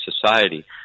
society